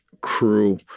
crew